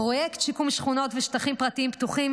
פרויקט שיקום שכונות ושטחים פרטיים פתוחים